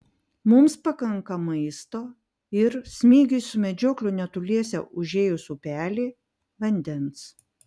mums pakanka maisto ir smigiui su medžiokliu netoliese užėjus upelį vandens